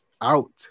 out